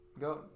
Go